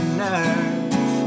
nerve